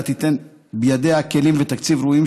אלא תיתן בידיה כלים ותקציב ראויים